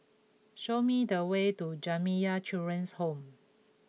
show me the way to Jamiyah Children's Home